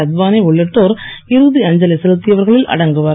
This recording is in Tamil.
அத்வானி உன்னிட்டோர் இறுதி அஞ்சலி செலுத்தியவர்களில் அடங்குவர்